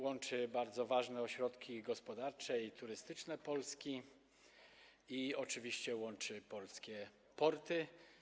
Łączy ona bardzo ważne ośrodki gospodarcze i turystyczne Polski i oczywiście łączy polskie porty.